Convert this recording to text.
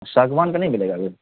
شاگوان کا نہیں ملے گا ابھی